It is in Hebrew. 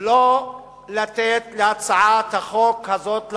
לא לתת להצעת החוק הזאת לעבור.